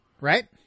Right